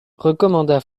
recommanda